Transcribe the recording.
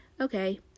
Okay